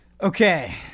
Okay